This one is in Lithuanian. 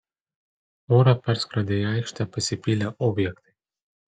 orą perskrodė į aikštę pasipylę objektai